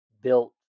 built